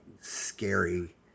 scary